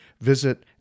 Visit